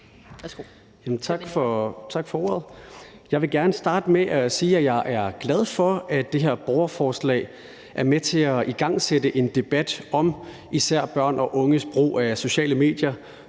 Tak for ordet. Jeg vil gerne starte med at sige, at jeg er glad for, at det her borgerforslag er med til at igangsætte en debat om især børn og unges brug af sociale medier